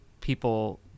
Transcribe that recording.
people